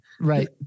right